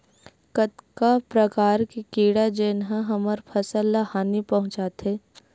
कतका प्रकार के कीड़ा जेन ह हमर फसल ल हानि पहुंचाथे?